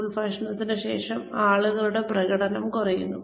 full ഭക്ഷണത്തിന് ശേഷം ആളുകളുടെ പ്രകടനം കുറയുന്നു